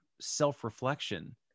self-reflection